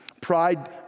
Pride